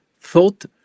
thought